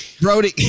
Brody